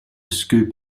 scoop